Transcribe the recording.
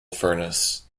furnace